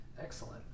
Excellent